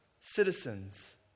citizens